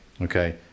Okay